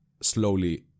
slowly